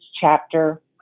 chapter